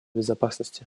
безопасности